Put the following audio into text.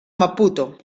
maputo